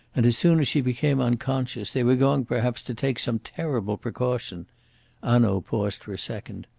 and, as soon as she became unconscious, they were going perhaps to take some terrible precaution hanaud paused for a second.